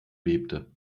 bebte